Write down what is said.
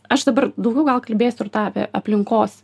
aš dabar daugiau gal kalbėsiu ir tą apie aplinkos